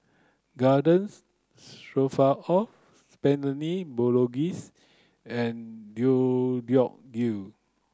Garden Stroganoff Bolognese and Deodeok gui